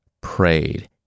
prayed